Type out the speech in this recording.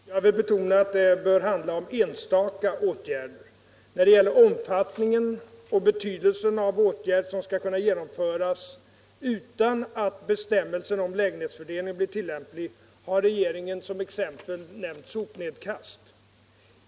Fru talman! Jag vill betona att det bör handla om enstaka åtgärder. När det gäller omfattningen och betydelsen av åtgärd som skall kunna genomföras utan att bestämmelsen om lägenhetsfördelning blir tillämplig har regeringen som exempel nämnt sopnedkast.